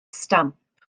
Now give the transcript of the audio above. stamp